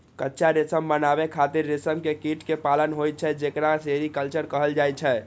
कच्चा रेशम बनाबै खातिर रेशम के कीट कें पालन होइ छै, जेकरा सेरीकल्चर कहल जाइ छै